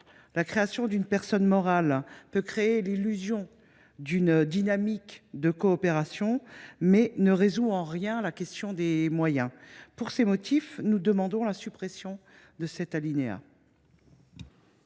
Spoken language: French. La création d’une personne morale peut donner l’illusion d’une dynamique de coopération, mais elle ne résout en rien la question des moyens. Pour ces motifs, nous demandons la suppression de l’alinéa